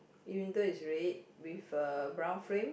even though it's red with a brown frame